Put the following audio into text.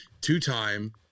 two-time